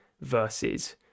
versus